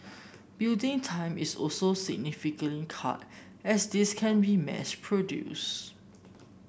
building time is also significantly cut as these can be mass produced